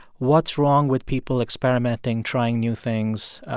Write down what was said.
what's wrong with people experimenting, trying new things,